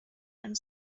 and